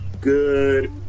good